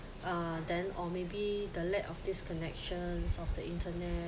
uh then or maybe the lack of these connections of the internet